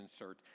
insert